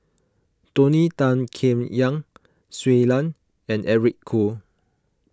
Tony Tan Keng Yam Shui Lan and Eric Khoo